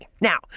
Now